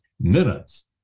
minutes